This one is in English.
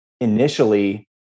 initially